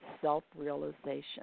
self-realization